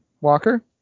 Walker